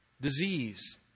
Disease